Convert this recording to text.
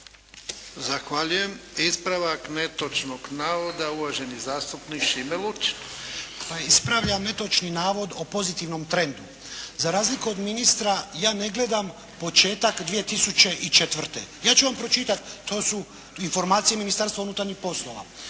Zahvaljujem. Ispravak netočnog navoda uvaženi zastupnik Šime Lučin. **Lučin, Šime (SDP)** Pa ispravljam netočni navod o pozitivnom trendu. Za razliku od ministra ja ne gledam početak 2004. Ja ću vam pročitati to su informacije Ministarstva unutarnjih poslova.